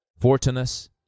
Fortunus